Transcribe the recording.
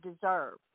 deserve